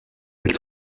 elle